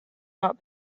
not